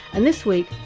and this week,